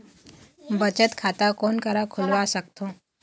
बचत खाता कोन करा खुलवा सकथौं?